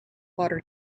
water